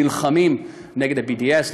נלחמים נגד ה-BDS,